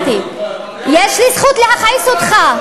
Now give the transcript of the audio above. אל תצביע לי,